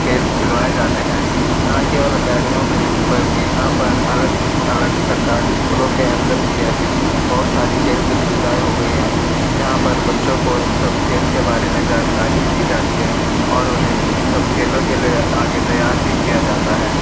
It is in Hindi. खेल खिलवाए जाते हैं ना केवल अकैडेमियों में बल्कि यहाँ पर अलग अलग सरकारी स्कूलों के अंदर भी ऐसी बहुत सारे खेल की सुविधाएं हो गई हैं जहाँ पर बच्चों को इन सब खेलों के बारे में जानकारी दी जाती है और उन्हें इन सब खेलों के लिए आगे तैयार भी किया जाता है